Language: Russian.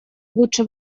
лучше